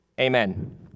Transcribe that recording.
Amen